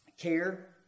care